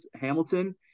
Hamilton